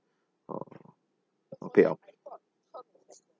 uh okay I'll